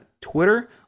Twitter